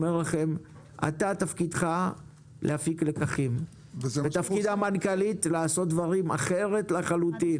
תפקידך להפיק לקחים ותפקיד המנכ"לית לעשות דברים אחרת לחלוטין.